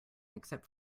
except